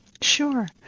Sure